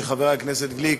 שחבר הכנסת גליק